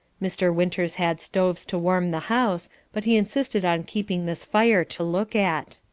mr. winters had stoves to warm the house, but he insisted on keeping this fire to look at.